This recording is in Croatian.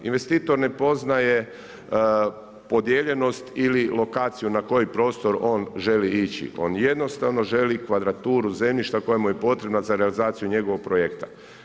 Investitor ne poznaje podijeljenost ili lokaciju na koji prostor on želi ići, on jednostavno želi kvadraturu zemljišta koja mu je potrebna za realizaciju njegovog projekta.